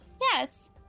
Yes